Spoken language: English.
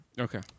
Okay